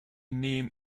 name